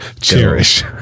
cherish